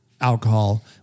alcohol